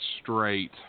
straight